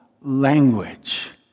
language